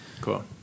Cool